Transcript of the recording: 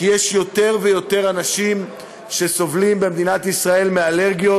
כי יש יותר ויותר אנשים שסובלים במדינת ישראל מאלרגיות.